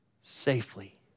safely